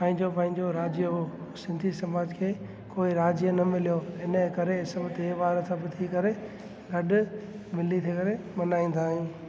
पंहिंजो पंहिंजो राज्य हुओ सिंधी समाज खे कोई राज्य न मिलियो हिन करे सभु त्योहार सभ थी करे गॾु मिली करे मल्हाईंदा आहियूं